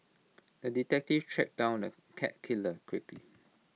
the detective tracked down the cat killer quickly